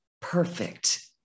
perfect